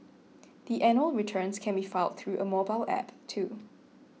the annual returns can be filed through a mobile app too